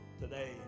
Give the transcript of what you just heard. Today